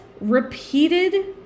repeated